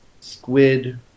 squid